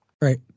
Right